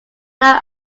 now